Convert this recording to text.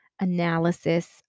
analysis